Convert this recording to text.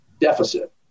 deficit